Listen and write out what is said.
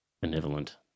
benevolent